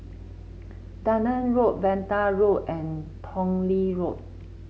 Dunearn Road Vanda Road and Tong Lee Road